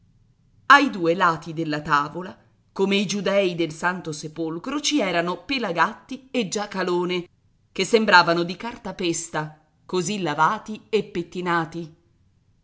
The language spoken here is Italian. ai due lati della tavola come i giudei del santo sepolcro ci erano pelagatti e giacalone che sembravano di cartapesta così lavati e pettinati